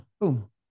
boom